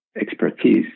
expertise